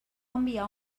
enviar